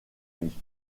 vie